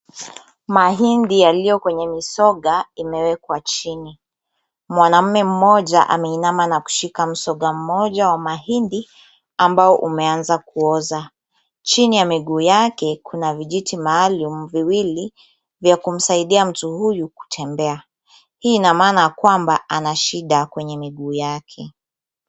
Mahindi yaliyo kwenye misoga imewekwa chini. Mwanaume mmoja ameinama na kushika msoga mmoja wa mahindi ambao umeaanza kuoza. Chini ya miguu yake kuna vijiti maalum viwili vya kumsaidia mtu huyu kutembea. Hii ina maana kwamba ana shida kwenye miguu yake.